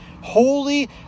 holy